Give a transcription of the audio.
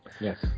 yes